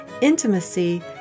intimacy